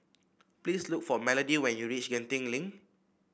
please look for Melodee when you reach Genting Link